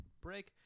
break